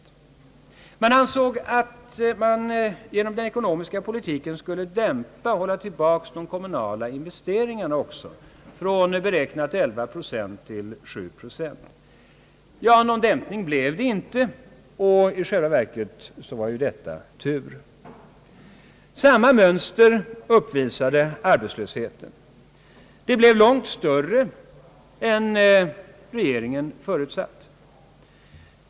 Regeringen avsåg att genom den ekonomiska politiken hålla tillbaka de kommunala investeringarna från beräknade 11 procent till 7 procent. Någon dämpning blev det inte, och i själva verket var ju detta tur. Samma mönster uppvisar arbetslösheten. Den blev långt större än regeringen förutsatt.